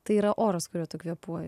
tai yra oras kuriuo tu kvepiuoji